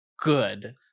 good